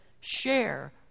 Share